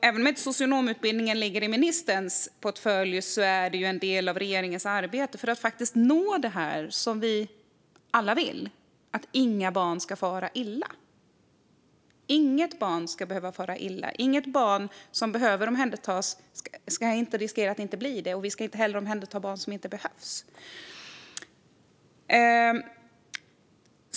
Även om socionomutbildningen inte ligger i ministerns portfölj ingår det ju i regeringens arbete att uppnå det vi alla vill: att inga barn ska fara illa. Inget barn ska behöva fara illa. Inget barn som behöver omhändertas ska riskera att inte bli det, och barn som inte behöver omhändertas ska heller inte omhändertas.